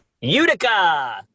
Utica